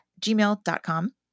gmail.com